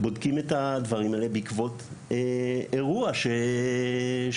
בודקים את הדברים האלה בעקבות אירוע שקרה.